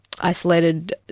isolated